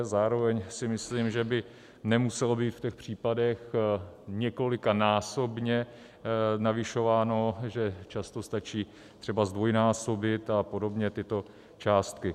Zároveň si myslím, že by nemuselo být v těch případech několikanásobně navyšováno, že často stačí třeba zdvojnásobit a podobně tyto částky.